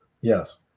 Yes